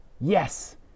Yes